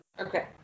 okay